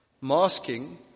masking